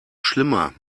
schlimmer